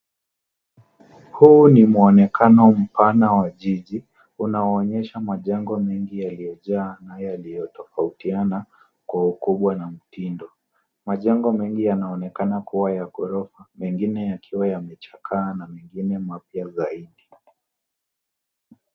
Huu ni mwonekano mpana wa jiji unaoonyesha majengo mengi yaliyojaa na yaliyotofautiana kwa ukubwa na mtindo. Majengo mengi yanaonekana kuwa ya ghorofa mengine yakiwa yamechakaa na mengine mpya zaidi.